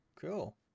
cool